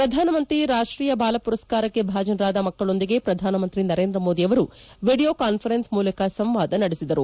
ಪ್ರಧಾನಮಂತ್ರಿ ರಾಷ್ಲೀಯ ಬಾಲ ಪುರಸ್ಕಾರಕ್ಕೆ ಭಾಜನರಾದ ಮಕ್ಕಳೊಂದಿಗೆ ಪ್ರಧಾನಮಂತ್ರಿ ನರೇಂದ್ರ ಮೋದಿ ಅವರು ವಿಡಿಯೋ ಕಾನ್ವರೆನ್ಸ್ ಮೂಲಕ ಸಂವಾದ ನಡೆಸಿದರು